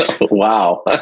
Wow